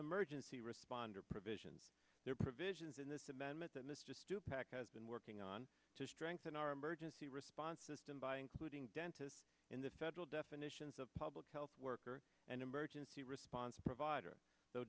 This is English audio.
emergency responder provisions there are provisions in this amendment that miss just two pac has been working on to strengthen our emergency response system by including dentists in the federal definitions of public health worker and emergency response provider